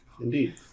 indeed